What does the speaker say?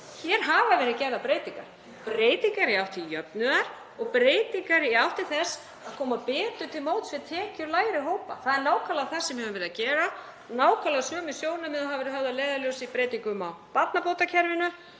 Hér hafa verið gerðar breytingar, breytingar í átt til jöfnuðar og breytingar í átt til þess að koma betur til móts við tekjulægri hópa. Það er nákvæmlega það sem við höfum verið að gera, nákvæmlega sömu sjónarmið og hafa verið höfð að leiðarljósi í breytingum á barnabótakerfinu.